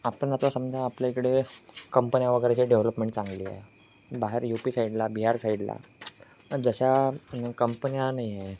आपण आता समजा आपल्या इकडे कंपन्या वगैरेचे डेव्हलपमेंट चांगली आहे बाहेर यू पी साईडला बिहार साईडला जशा कंपन्या नाही आहे